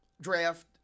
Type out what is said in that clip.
draft